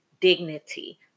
dignity